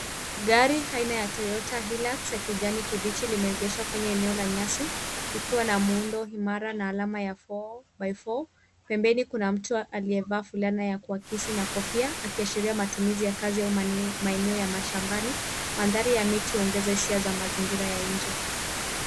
Gari aina ya Toyota Hilux ya kijani kibichi, limeegeshwa kwenye eneo la nyasi, likiwa na muundo imara na alama ya 4 by 4 .Pembeni kuna mtu aliyevaa fulana ya kuakisi na kofia, akiashiria matumizi ya kazi ya maeneo ya mashambani. Mandhari ya miti huongeza hisia za mazingira ya nje.